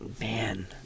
Man